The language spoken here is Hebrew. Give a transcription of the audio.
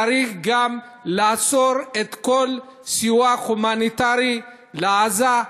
צריך גם לעצור את כל הסיוע ההומניטרי לעזה,